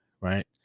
right